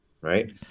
right